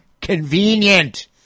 convenient